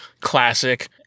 classic